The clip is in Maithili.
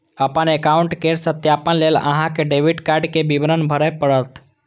अपन एकाउंट केर सत्यापन लेल अहां कें डेबिट कार्ड के विवरण भरय पड़त